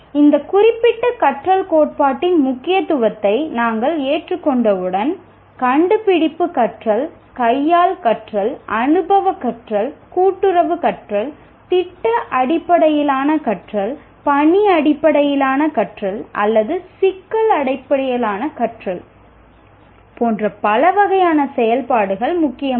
இந்த குறிப்பிட்ட கற்றல் கோட்பாட்டின் முக்கியத்துவத்தை நாங்கள் ஏற்றுக்கொண்டவுடன் கண்டுபிடிப்பு கற்றல் கையால் கற்றல் அனுபவக் கற்றல் கூட்டுறவு கற்றல் திட்ட அடிப்படையிலான கற்றல் பணி அடிப்படையிலான அல்லது சிக்கல் அடிப்படையிலான கற்றல் போன்ற பல வகையான செயல்பாடுகள் முக்கியமானவை